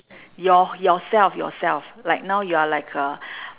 your~ yourself yourself like now you're like a